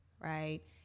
Right